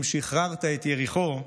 אם שחררת את יריחו,